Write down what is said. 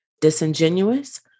Disingenuous